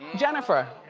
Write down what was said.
jennifer.